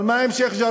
אבל מה עם שיח'-ג'ראח